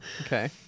Okay